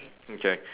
okay